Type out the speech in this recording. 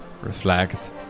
reflect